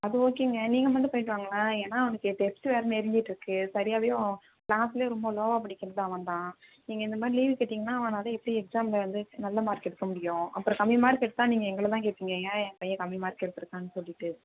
அது ஓகேங்க நீங்கள் மட்டும் போய்ட்டு வாங்களேன் ஏன்னா அவனுக்கு ஏ டெஸ்ட் வேறு நெருங்கிட்டுருக்கு சரியாகவே அவன் க்ளாஸ்லே ரொம்ப லோவாக படிக்கிறது அவன் தான் நீங்கள் இந்தமாதிரி லீவு கேட்டிங்கனா அவனால் எப்படி எக்ஸாம்ல வந்து நல்ல மார்க் எடுக்க முடியும் அப்புறம் கம்மி மார்க் எடுத்தால் நீங்கள் எங்களை தான் கேட்பீங்க ஏன் என் பையன் கம்மி மார்க் எடுத்துருக்கான் சொல்லிவிட்டு